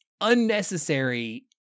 unnecessary